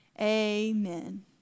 amen